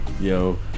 yo